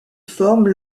forment